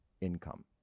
income